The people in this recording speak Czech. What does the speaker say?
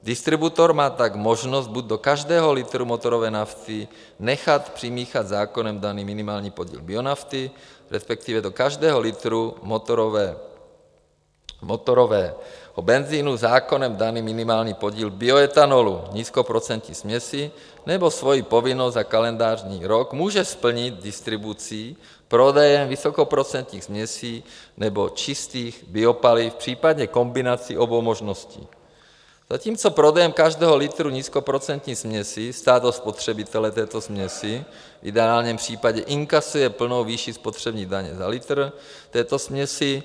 Distributor má tak možnost buď do každého litru motorové nafty nechat přimíchat zákonem daný minimální podíl bionafty, respektive do každého litru motorového benzinu zákonem daný minimální podíl bioetanolu, nízkoprocentní směsi, nebo svoji povinnost za kalendářní rok může splnit distribucí, prodejem vysokoprocentních směsí nebo čistých biopaliv v případě kombinací obou možností, zatímco prodejem každého litru nízkoprocentní směsi stát od spotřebitele této směsi v ideálním případě inkasuje plnou výši spotřební daně za litr této směsi.